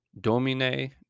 Domine